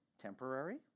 temporary